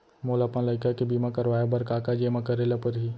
मोला अपन लइका के बीमा करवाए बर का का जेमा करे ल परही?